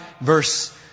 Verse